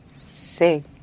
sing